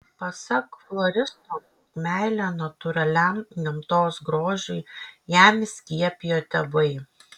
pasak floristo meilę natūraliam gamtos grožiui jam įskiepijo tėvai